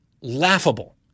laughable